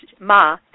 Ma